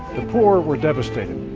the poor were devastated,